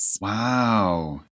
Wow